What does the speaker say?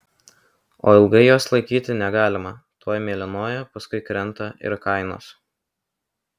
o ilgai jos laikyti negalima tuoj mėlynuoja paskui krenta ir kainos